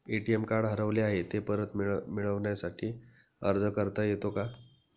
ATM card हरवले आहे, ते परत मिळण्यासाठी अर्ज करता येतो का?